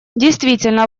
действительно